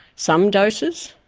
some doses,